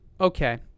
okay